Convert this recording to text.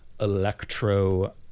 electro